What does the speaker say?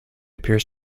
appears